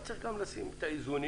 אבל צריך גם לשים את האיזונים.